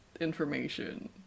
information